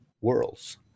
worlds